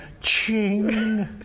ching